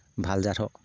ভাল জাত হওক